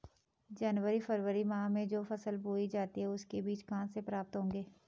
जनवरी फरवरी माह में जो फसल बोई जाती है उसके बीज कहाँ से प्राप्त होंगे?